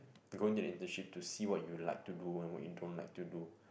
going to internship to see what you like to do and what you don't like to do